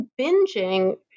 binging